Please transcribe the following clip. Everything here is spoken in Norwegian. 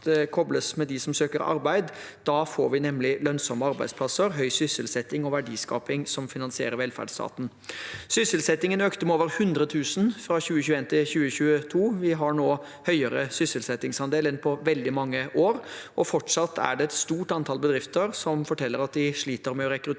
kobles med dem som søker arbeid. Da får vi nemlig lønnsomme arbeidsplasser, høy sysselsetting og verdiskaping som finansierer velferdsstaten. Sysselsettingen økte med over 100 000 fra 2021 til 2022. Vi har nå høyere sysselsettingsandel enn på veldig mange år, og fortsatt forteller et stort antall bedrifter at de sliter med å rekruttere.